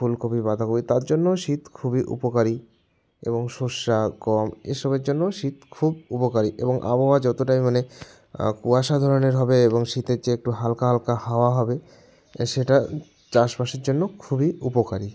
ফুলকপি বাঁধাকপি তার জন্যও শীত খুবই উপকারি এবং শস্য গম এসবের জন্যও শীত খুব উপকারি এবং আবহাওয়া যতোটাই মানে কুয়াশা ধরনের হবে এবং শীতের যে একটু হালকা হালকা হাওয়া হবে এ সেটা চাষবাসের জন্য খুবই উপকারি